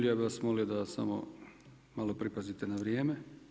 Ja bih vas molio da samo malo pripazite na vrijeme.